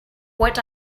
what